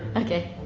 okay,